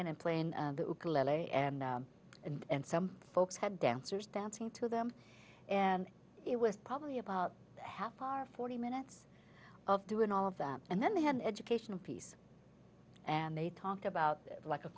in and playing who clearly and and some folks had dancers dancing to them and it was probably about a half hour forty minutes of doing all of that and then they had an educational piece and they talked about like a